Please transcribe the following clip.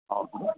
ಹೌದು